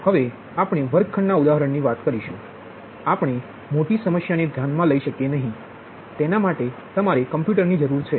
તેથી હવે આપણે વર્ગખંડના ઉદાહરણ ની વાત કરીશું આપણે મોટી સમસ્યાને ધ્યાનમાં લઈ શકીએ નહીં તેના માટે તમને કમ્પ્યુટરની જરૂર છે